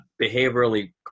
behaviorally